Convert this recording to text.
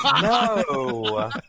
No